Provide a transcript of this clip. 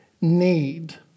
need